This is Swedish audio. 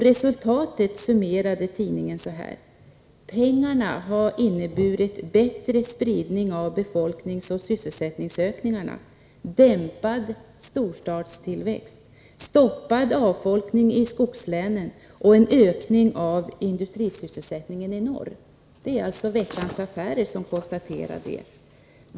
Resultatet summerade tidningen: ”Pengarna har inneburit bättre spridning av befolkningsoch sysselsättningsökningarna, dämpad storstadstillväxt, stoppad avfolkning i skogslänen och en ökning av industrisysselsättningen i norr.” Det var alltså Veckans Affärer som konstaterade detta.